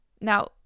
Now